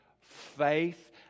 faith